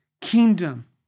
kingdom